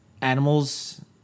animals